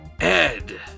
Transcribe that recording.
Ed